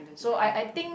so I I think